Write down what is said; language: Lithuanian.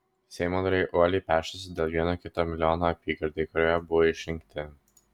seimo nariai uoliai pešasi dėl vieno kito milijono apygardai kurioje buvo išrinkti